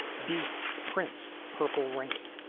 b prince. purple rain.